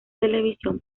televisión